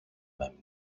même